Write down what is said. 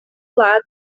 lado